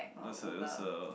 it was a it was a